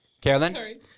Carolyn